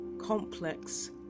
complex